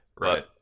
Right